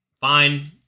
Fine